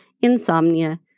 insomnia